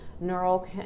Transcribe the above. neural